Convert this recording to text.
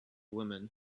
women